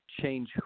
change